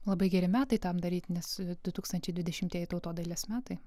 labai geri metai tam daryti nes su du tukstančiai dvidešimtieji tautodailės metai